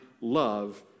love